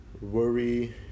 worry